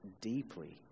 deeply